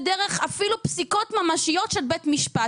דרך אפילו פסיקות ממשיות של בית משפט.